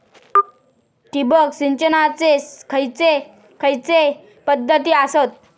ठिबक सिंचनाचे खैयचे खैयचे पध्दती आसत?